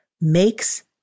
makes